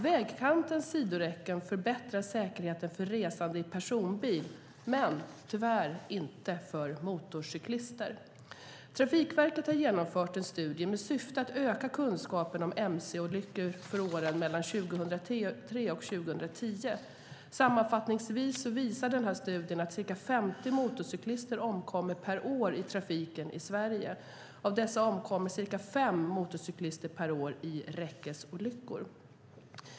Vägkantens sidoräcken förbättrar säkerheten för resande i personbil men tyvärr inte för motorcyklister. Trafikverket har genomfört en studie med syfte att öka kunskapen om mc-olyckor för åren mellan 2003 och 2010. Sammanfattningsvis visar denna studie att ca 50 motorcyklister per år omkommer i trafiken i Sverige. Av dessa omkommer ca 5 motorcyklister per år i räckesolyckor.